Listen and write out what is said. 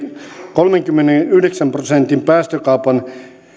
kolmenkymmenenyhdeksän prosentin päästökaupan